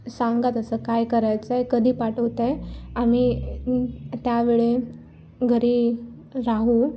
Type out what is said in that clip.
सांगा तसं काय करायचं आहे कधी पाठवत आहे आम्ही त्यावेळी घरी राहून